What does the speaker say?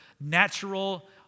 natural